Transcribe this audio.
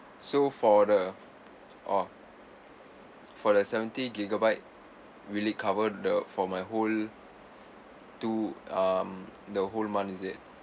so for the orh for the seventy gigabyte will it cover the for my whole two um the whole month is it